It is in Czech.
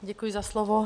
Děkuji za slovo.